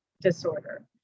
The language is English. disorder